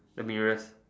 the mirrors